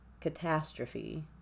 catastrophe